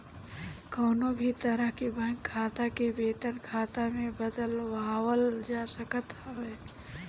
कवनो भी तरह के बैंक खाता के वेतन खाता में बदलवावल जा सकत हवे